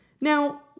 Now